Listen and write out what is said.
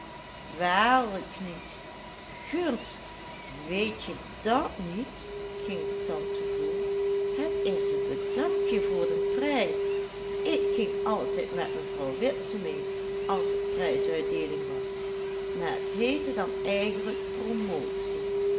waarlijk niet gunst weetje dàt niet ging de tante voort het is een bedankje voor den prijs ik ging altijd met mevrouw witse mee als het prijsuitdeeling was maar het heette dan eigenlijk promotie